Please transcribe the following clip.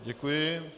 Děkuji.